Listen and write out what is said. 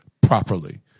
properly